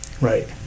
Right